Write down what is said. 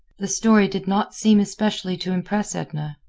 the story did not seem especially to impress edna.